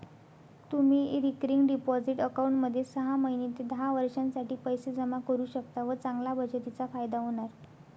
तुम्ही recurring deposit अकाउंटमध्ये सहा महिने ते दहा वर्षांसाठी पैसे जमा करू शकता व चांगल्या बचतीचा फायदा होणार